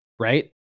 right